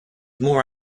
more